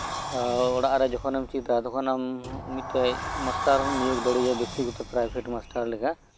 ᱚᱲᱟᱜ ᱨᱮ ᱡᱚᱠᱷᱚᱱᱮᱢ ᱪᱮᱫᱟ ᱛᱚᱠᱷᱚᱱᱮᱢ ᱢᱤᱫ ᱴᱮᱱ ᱢᱟᱥᱴᱟᱨ ᱦᱚᱢ ᱱᱤᱭᱳᱜᱽ ᱫᱟᱲᱮ ᱟᱭᱟ ᱵᱮᱠᱛᱤᱜᱚᱛᱚ ᱯᱨᱟᱭᱵᱷᱮᱴ ᱢᱟᱥᱴᱟᱨ ᱞᱮᱠᱟ